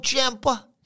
champa